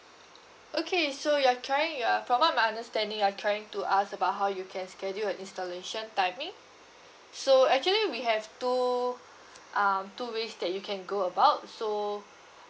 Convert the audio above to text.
okay so you're trying you're from what I understanding you're trying to ask about how you can schedule an installation timing so actually we have two um two ways that you can go about so